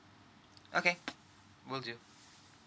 okay will do